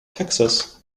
texas